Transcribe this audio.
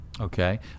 Okay